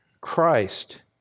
Christ